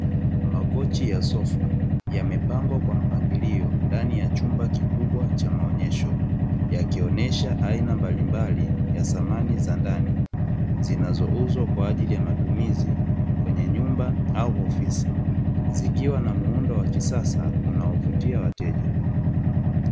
Makochi ya Sofa yamepangwa kwa mpangilio ndani ya chumba kikubwa cha maonyesho, yakionyesha aina mbalimbali ya samani za ndani, zinazouzwa kwaajili ya matumizi kwenye Nyumba au ofisi zikiwa na muundo wa kisasa unaovutia wateja.